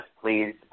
please